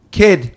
kid